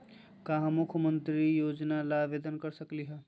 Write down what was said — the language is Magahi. का हम मुख्यमंत्री योजना ला आवेदन कर सकली हई?